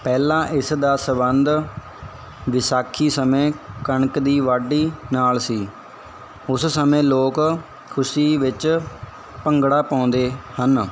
ਪਹਿਲਾਂ ਇਸ ਦਾ ਸੰਬੰਧ ਵਿਸਾਖੀ ਸਮੇਂ ਕਣਕ ਦੀ ਵਾਢੀ ਨਾਲ ਸੀ ਉਸ ਸਮੇਂ ਲੋਕ ਖੁਸ਼ੀ ਵਿੱਚ ਭੰਗੜਾ ਪਾਉਂਦੇ ਹਨ